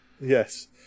yes